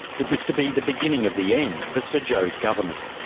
it was to be the beginning of the end for sir joh's government,